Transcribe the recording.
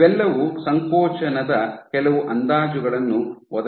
ಇವೆಲ್ಲವೂ ಸಂಕೋಚನದ ಕೆಲವು ಅಂದಾಜುಗಳನ್ನು ಒದಗಿಸುತ್ತವೆ